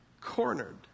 cornered